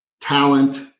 talent